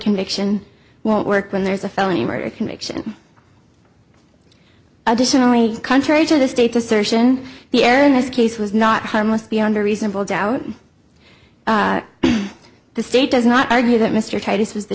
conviction won't work when there's a felony murder conviction additionally contrary to the state's assertion the error in this case was not harmless beyond a reasonable doubt the state does not argue that mr titus was the